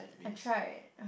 I tried